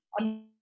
on